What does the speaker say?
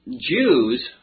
Jews